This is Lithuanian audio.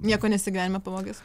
nieko nesi gyvenime pavogęs